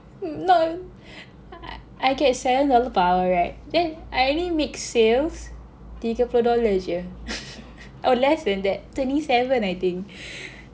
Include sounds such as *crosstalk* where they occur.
none I get seven dollar per hour right then I only make sales tiga puluh dollar aja *laughs* or less than that twenty seven I think